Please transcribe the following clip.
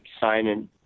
signing –